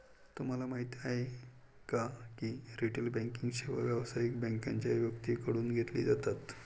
तुम्हाला माहिती आहे का की रिटेल बँकिंग सेवा व्यावसायिक बँकांच्या व्यक्तींकडून घेतली जातात